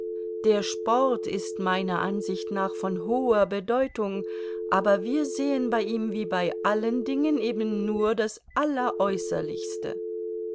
der sport ist meiner ansicht nach von hoher bedeutung aber wir sehen bei ihm wie bei allen dingen eben nur das